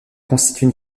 constituer